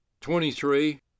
Twenty-three